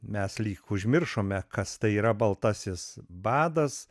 mes lyg užmiršome kas tai yra baltasis badas